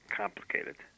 complicated